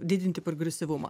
didinti progresyvumą